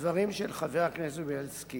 הדברים של חבר הכנסת בילסקי